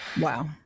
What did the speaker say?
Wow